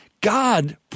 God